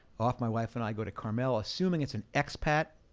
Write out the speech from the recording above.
off my wife and i go to carmel, assuming it's an expat